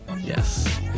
yes